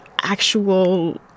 actual